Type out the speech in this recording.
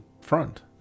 front